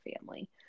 family